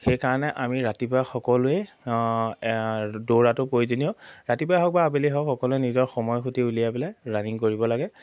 সেইকাৰণে আমি ৰাতিপুৱা সকলোৱে দৌৰাটো প্ৰয়োজনীয় ৰাতিপুৱাই হওক বা আবেলিয়ে হওক সকলোৱে নিজৰ সময় সুতি উলিয়াই পেলাই ৰানিং কৰিব লাগে